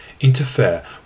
interfere